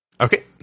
Okay